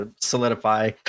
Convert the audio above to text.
solidify